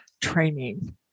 training